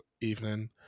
evening